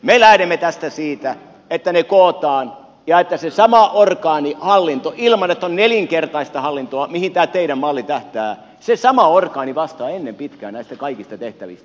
me lähdemme siitä että ne kootaan ja että se sama orgaani hallinto ilman että on nelinkertaista hallintoa mihin tämä teidän mallinne tähtää vastaa ennen pitkää näistä kaikista tehtävistä